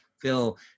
phil